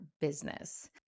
business